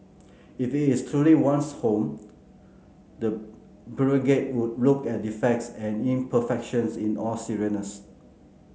if it is truly one's home the bureaucrat would look at defects and imperfections in all seriousness